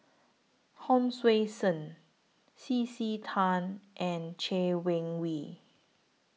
Hon Sui Sen C C Tan and Chay Weng Yew